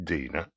Dina